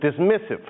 dismissive